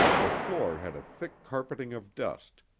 the floor had a thick carpeting of dust,